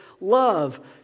love